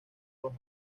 roja